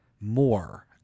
more